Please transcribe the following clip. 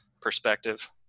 perspective